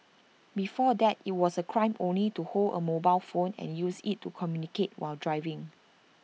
before that IT was A crime only to hold A mobile phone and use IT to communicate while driving